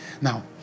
Now